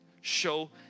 show